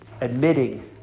admitting